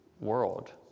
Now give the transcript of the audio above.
world